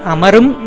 Amarum